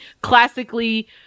classically